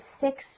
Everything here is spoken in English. six